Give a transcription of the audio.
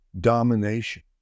domination